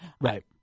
Right